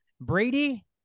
Brady